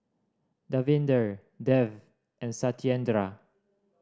Davinder Dev and Satyendra